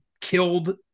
killed